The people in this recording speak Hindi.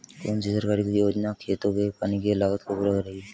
कौन सी सरकारी योजना खेतों के पानी की लागत को पूरा करेगी?